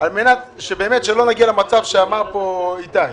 מנת שלא נגיע למצב שאמר פה איתי טמקין,